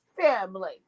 family